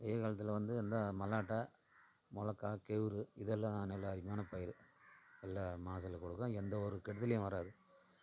வெயில் காலத்தில் வந்து இந்த மல்லாட்டை மிளகா கேவுரு இதெல்லாம் நல்லா அருமையான பயிர் நல்லா மகசூலை கொடுக்கும் எந்த ஒரு கெடுதலையும் வராது